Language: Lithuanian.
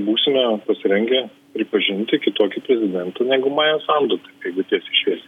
būsime pasirengę pripažinti kitokį prezidentą negu maja sandu taip jeigu tiesiai šviesiai